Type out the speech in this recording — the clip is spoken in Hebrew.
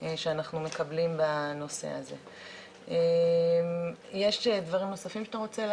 בעצם דיון מעקב בנושא כביש 6. הדיון הקודם התקיים בתחילת חודש אוגוסט.